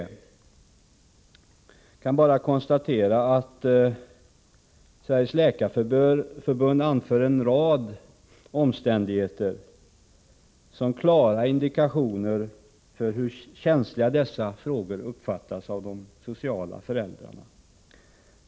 Jag kan bara konstatera att Sveriges Läkarförbund anför en rad omständigheter som klara indikationer på hur känsliga dessa frågor enligt de sociala föräldrarnas uppfattning är.